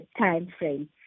timeframe